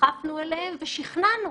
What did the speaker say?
דחפנו אליהם ושכנענו.